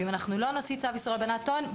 אם אנחנו לא נוציא צו איסור הלבנת הון,